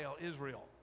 Israel